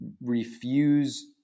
refuse